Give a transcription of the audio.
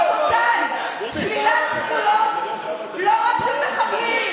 תומך טרור, רבותיי, שלילת זכויות לא רק של מחבלים,